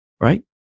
right